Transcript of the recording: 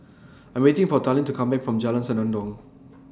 I'm waiting For Talen to Come Back from Jalan Senandong